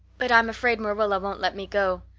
but i'm afraid marilla won't let me go.